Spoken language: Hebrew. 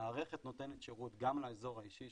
המערכת נותנת שירות גם לאזור האישי,